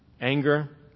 anger